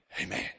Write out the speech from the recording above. amen